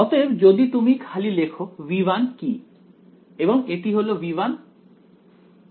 অতএব যদি তুমি খালি লেখ V1 কি এবং এটি হলো V1 এবং V2